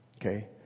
okay